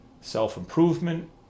self-improvement